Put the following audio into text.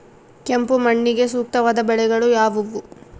ಕೆಂಪು ಮಣ್ಣಿಗೆ ಸೂಕ್ತವಾದ ಬೆಳೆಗಳು ಯಾವುವು?